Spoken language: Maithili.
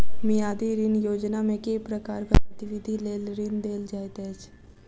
मियादी ऋण योजनामे केँ प्रकारक गतिविधि लेल ऋण देल जाइत अछि